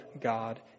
God